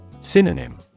Synonym